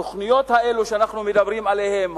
התוכניות האלה שאנחנו מדברים עליהן,